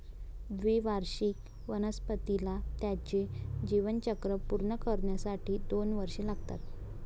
द्विवार्षिक वनस्पतीला त्याचे जीवनचक्र पूर्ण करण्यासाठी दोन वर्षे लागतात